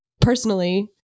personally